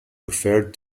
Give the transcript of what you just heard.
referred